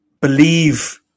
Believe